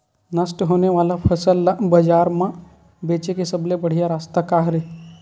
नष्ट होने वाला फसल ला बाजार मा बेचे के सबले बढ़िया रास्ता का हरे?